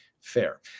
fair